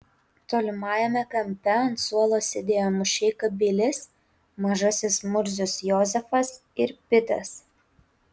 tolimajame kampe ant suolo sėdėjo mušeika bilis mažasis murzius jozefas ir pitas